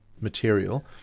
material